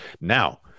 Now